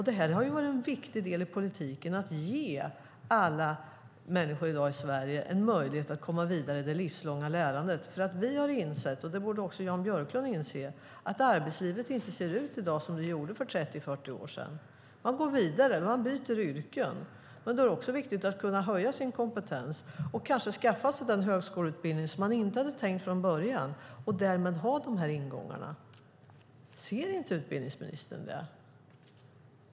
Det här har varit en viktig del i politiken - att ge alla människor i dag i Sverige en möjlighet att komma vidare i det livslånga lärandet. Vi har insett - och det borde också Jan Björklund inse - att arbetslivet i dag inte ser ut som det gjorde för 30-40 år sedan. Man går vidare, och man byter yrken. Då är det också viktigt att kunna höja sin kompetens och kanske skaffa sig den högskoleutbildning som man inte hade tänkt från början och därmed ha dessa ingångar. Ser inte utbildningsministern detta?